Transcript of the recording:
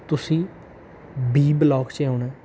ਤੁਸੀਂ B block 'ਚ ਆਉਣਾ